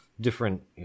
different